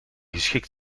geschikt